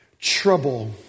trouble